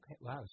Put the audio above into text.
Wow